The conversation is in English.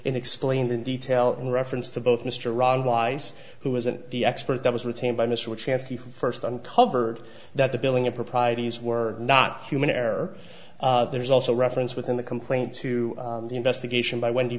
in explained in detail in reference to both mr ron weiss who was an expert that was retained by mr chance he first uncovered that the billing improprieties were not human error there's also reference within the complaint to the investigation by wendy